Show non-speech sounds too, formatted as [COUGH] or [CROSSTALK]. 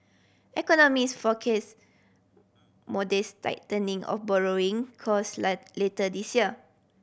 economist forecast modest tightening of borrowing cost [UNINTELLIGIBLE] later this year